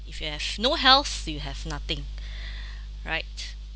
if you have no health you have nothing right